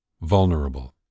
vulnerable